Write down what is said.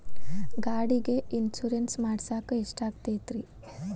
ಗಾಡಿಗೆ ಇನ್ಶೂರೆನ್ಸ್ ಮಾಡಸಾಕ ಎಷ್ಟಾಗತೈತ್ರಿ?